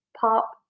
Pop